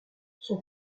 son